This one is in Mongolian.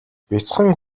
бяцхан